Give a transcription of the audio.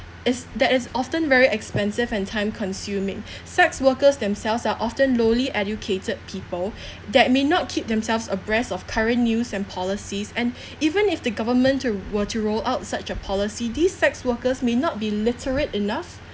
is that it's often very expensive and time consuming sex workers themselves are often lowly educated people that may not keep themselves abreast of current news and policies and even if the government to were to roll out such a policy these sex workers may not be literate enough